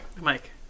Mike